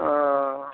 हँ